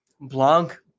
Blanc